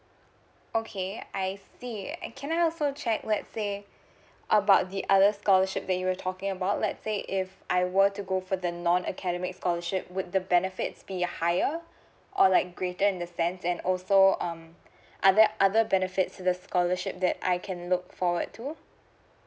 okay I see can I also check let say about the other scholarship that you were talking about let's say if I were to go for the non academic scholarship would the benefits be higher or like greater in the sense and also um other other benefits the scholarship that I can look forward to